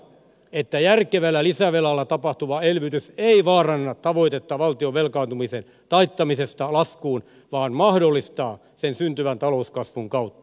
toistan että järkevä lisävelalla tapahtuva elvytys ei vaaranna tavoitetta valtion velkaantumisen taittamisesta laskuun vaan mahdollistaa sen syntyvän talouskasvun kautta